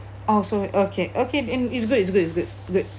oh so okay okay it's good it's good it's good good